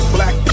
Black